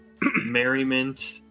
merriment